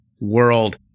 world